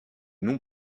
nom